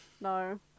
No